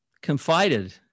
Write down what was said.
confided